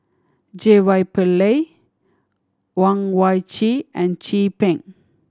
J Y Pillay Owyang Chi and Chin Peng